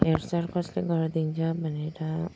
हेरचाह कसले गरिदीन्छ भनेर